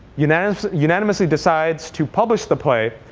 unanimously unanimously decides to publish the play,